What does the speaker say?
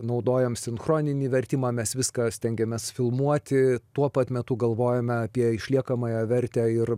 naudojom sinchroninį vertimą mes viską stengiamės filmuoti tuo pat metu galvojame apie išliekamąją vertę ir